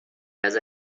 has